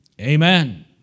Amen